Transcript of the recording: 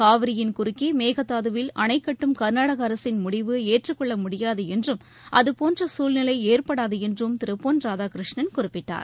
காவிரியின் குறுக்கே மேகதாதுவில் அணைக்கட்டும் கர்நாடக அரசின் முடிவு ஏற்றுக்கொள்ள முடியாது என்றும் அதுபோன்ற சூழ்நிலை ஏற்படாது என்றும் திரு பொன் ராதாகிருஷ்ணன் குறிப்பிட்டார்